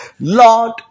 Lord